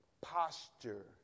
posture